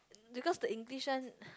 because the English one